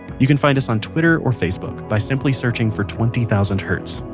you can find us on twitter or facebook by simply searching for twenty thousand hertz.